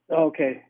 Okay